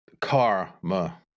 Karma